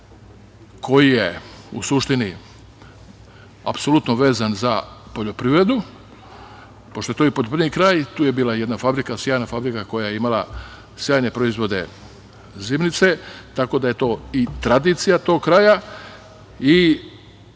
koji je apsolutno vezan za poljoprivredu, pošto je to i poljoprivredni kraj. Tu je bila i jedna sjajna fabrika koja je imala sjajne proizvode zimnice, tako da je to i tradicija tog kraja i